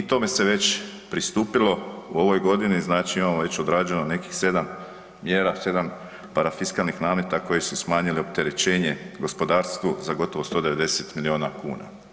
I tome se već pristupilo u ovoj godini, znači imamo već odrađeno nekih sedam mjera, sedam parafiskalnih nameta koji su smanjili opterećenje gospodarstvu za gotovo 190 milijuna kuna.